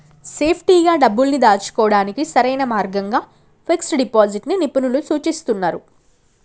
సేఫ్టీగా డబ్బుల్ని దాచుకోడానికి సరైన మార్గంగా ఫిక్స్డ్ డిపాజిట్ ని నిపుణులు సూచిస్తున్నరు